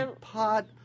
pot